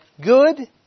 good